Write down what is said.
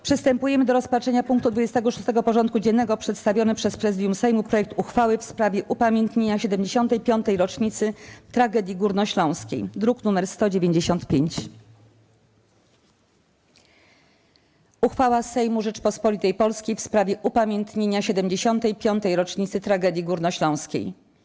Przystępujemy do rozpatrzenia punktu 26. porządku dziennego: Przedstawiony przez Prezydium Sejmu projekt uchwały w sprawie upamiętnienia 75. rocznicy Tragedii Górnośląskiej (druk nr 195). ˝Uchwała Sejmu Rzeczypospolitej Polskiej w sprawie upamiętnienia 75. rocznicy Tragedii Górnośląskiej.